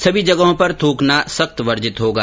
सभी जगहों पर थ्रकना सख्त वर्जित होगा